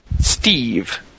Steve